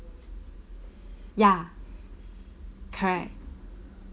ya correct